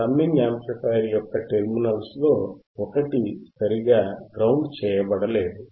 summing amplifier యొక్క terminals లో ఒకటి సరిగా గ్రౌండ్ చేయబడలేదు